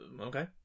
okay